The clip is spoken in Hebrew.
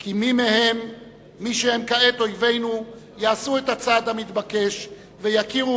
כי מי שהם כעת אויבינו יעשו את הצעד המתבקש ויכירו